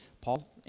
Paul